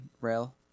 rail